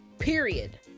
Period